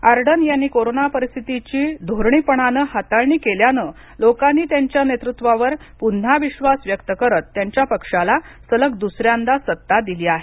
Ardern यांनी corona परिस्थीतीची धोरणीपणान हाताळणी केल्यान लोकांनी त्यांच्या नेतृत्वावर पुन्हा विश्वास व्यक्त करत त्यांच्या पक्षाला सलग दुसऱ्यांदा सत्ता दिली आहे